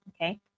okay